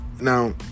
now